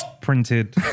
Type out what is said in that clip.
printed